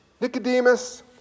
Nicodemus